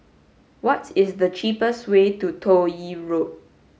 what is the cheapest way to Toh Yi Road